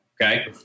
okay